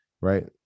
right